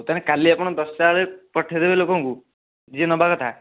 ତାହେଲେ କାଲି ଆପଣ ଦଶଟା ବେଳେ ପଠେଇଦେବେ ଲୋକଙ୍କୁ ଯିଏ ନେବାକଥା